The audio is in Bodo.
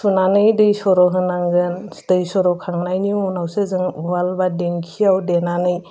सुनानै दै सर' होनांगोन दै सर'खांनायनि उनावसो जों उवाल बा देंखियाव देनानै